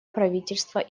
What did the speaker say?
правительства